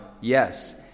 yes